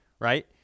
right